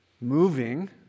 moving